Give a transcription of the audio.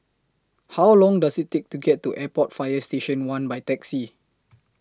How Long Does IT Take to get to Airport Fire Station one By Taxi